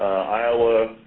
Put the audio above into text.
iowa,